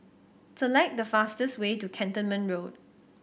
select the fastest way to Cantonment Road